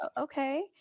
okay